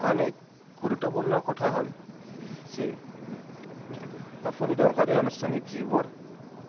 আন এক গুৰুত্বপূৰ্ণ কথা হ'ল যে আপুনি দৰকাৰী আনুষ্ঠানিক যিবোৰ